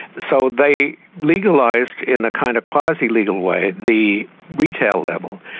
so they legalised in a kind of quasi-legal way the retail level.